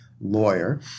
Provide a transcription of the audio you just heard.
Lawyer